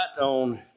on